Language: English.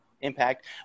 Impact